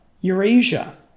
Eurasia